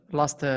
last